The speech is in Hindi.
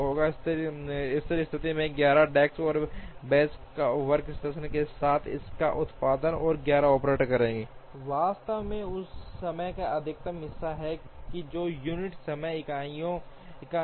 और स्थिर स्थिति में 11 डेस्क और बेंच या वर्कस्टेशन के साथ इसका उत्पादन और 11 ऑपरेटर करेंगे वास्तव में उस समय का अधिकतम हिस्सा है जो units समय इकाइयाँ हैं